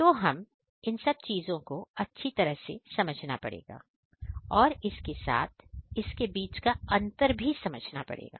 तो हमें इन सब चीजों को अच्छी तरह से समझना पड़ेगा और इसके साथ इसके बीच का अंतर भी समझना पड़ेगा